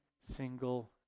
single